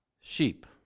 sheep